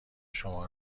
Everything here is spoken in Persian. شما